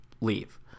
leave